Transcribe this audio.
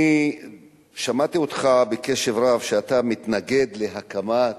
אני שמעתי אותך בקשב רב, שאתה מתנגד להקמת